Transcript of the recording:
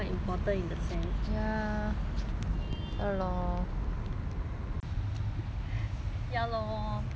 ya lor that time you know I still buy